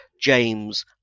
James